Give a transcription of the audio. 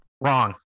Wrong